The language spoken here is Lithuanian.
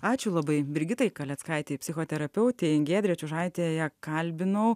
ačiū labai brigitai kaleckaitei psichoterapeutei giedrė čiužaitė ją kalbinau